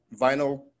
vinyl